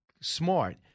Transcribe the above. smart